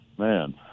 Man